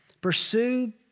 Pursue